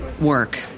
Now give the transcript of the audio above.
work